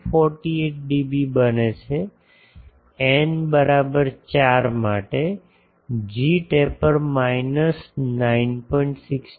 48 dB બને છે n બરાબર 4 માટે જીટેપર માઇનસ 9